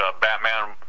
Batman